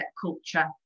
culture